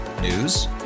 News